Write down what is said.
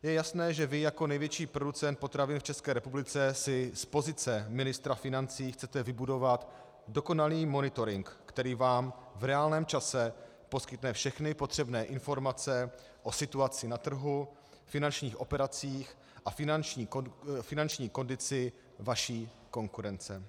Je jasné, že vy jako největší producent potravin v České republice si z pozice ministra financí chcete vybudovat dokonalý monitoring, který vám v reálném čase poskytne všechny potřebné informace o situaci na trhu, finančních operacích a finanční kondici vaší konkurence.